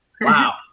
Wow